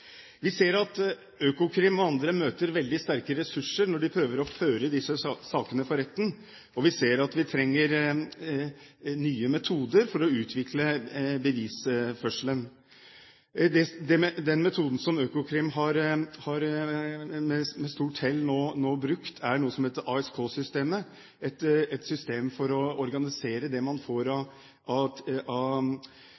Vi ser at Økokrim og andre møter veldig sterke ressurser når de prøver å føre disse sakene for retten, og vi ser at vi trenger nye metoder for å utvikle bevisførselen. Den metoden som Økokrim med stort hell nå har brukt, er noe som heter ASK-systemet, et system for å organisere det man får av